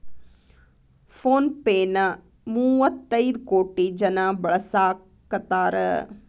phone pay ನ ಮುವ್ವತೈದ್ ಕೋಟಿ ಜನ ಬಳಸಾಕತಾರ